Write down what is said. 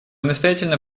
настоятельно